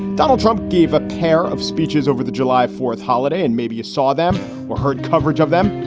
donald trump gave a pair of speeches over the july fourth holiday. and maybe you saw them or heard coverage of them.